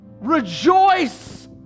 rejoice